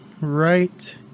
right